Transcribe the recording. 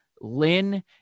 Lynn